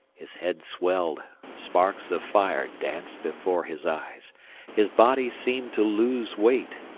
his head swelled sparks of fire danced before his eyes his body seemed to lose weight,